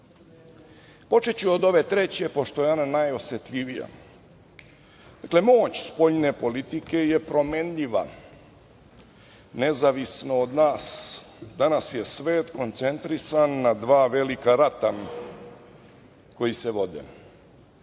Počeću od ove treće, pošto je ona najosetljivija. Dakle, moć spoljne politike je promenljiva, nezavisno od nas. Danas je svet koncentrisan na dva velika rata koji se vode.